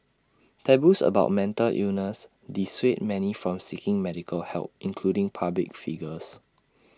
taboos about mental illness dissuade many from seeking medical help including public figures